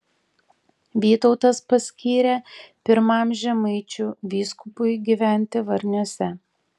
vytautas paskyrė pirmam žemaičių vyskupui gyventi varniuose